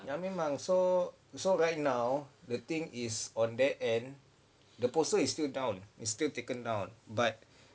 ah memang so so right now the thing is on that end the poster is still down is still taken down but